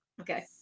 Okay